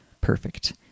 perfect